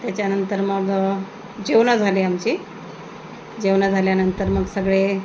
त्याच्यानंतर मग जेवणं झाली आमची जेवणं झाल्यानंतर मग सगळे